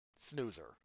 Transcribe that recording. snoozer